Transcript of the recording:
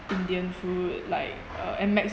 indian food like uh and mexican